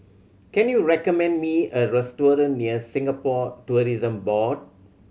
can you recommend me a restaurant near Singapore Tourism Board